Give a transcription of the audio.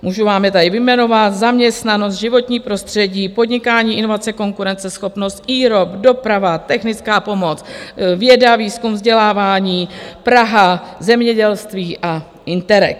Můžu vám je tady vyjmenovat Zaměstnanost, Životní prostředí, Podnikání a inovace pro konkurenceschopnost, IROP, Doprava, Technická pomoc, Věda, výzkum, vzdělávání, Praha, Zemědělství a Interreg.